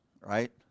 right